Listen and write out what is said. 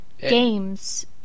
games